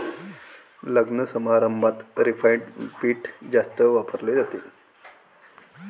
लग्नसमारंभात रिफाइंड पीठ जास्त वापरले जाते